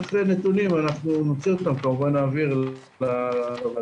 שצריך נתונים אנחנו כמובן נעביר לוועדה.